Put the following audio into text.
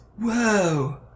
Whoa